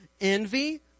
envy